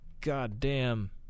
goddamn